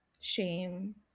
shame